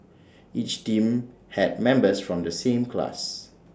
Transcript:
each team had members from the same class